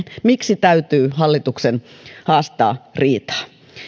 miksi täytyy hallituksen haastaa riitaa